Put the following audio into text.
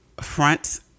front